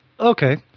Okay